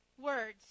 words